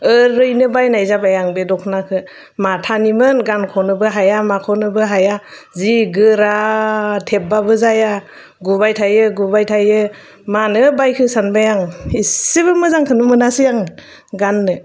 ओरैनो बायनाय जाबाय आं बे दखनाखो माथानिमोन गानख'नोबो हाया माख'नोबो हाया जि गोरा थेब्बाबो जाया गुबाय थायो गुबाय थायो मानो बायखो सानबाय आं इसेबो मोजांखौनो मोनासै आं गाननो